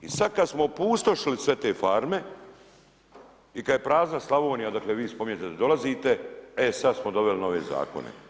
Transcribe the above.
I sad kad smo opustošili sve te farme i kad je prazna Slavonija odakle vi spominjete da dolazite, e sad smo doveli nove zakone.